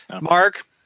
Mark